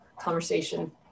conversation